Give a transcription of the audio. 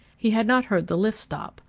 he had not heard the lift stop,